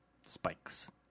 spikes